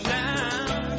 down